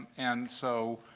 and so,